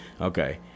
okay